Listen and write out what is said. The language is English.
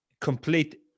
complete